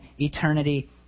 eternity